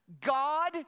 God